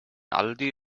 aldi